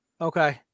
Okay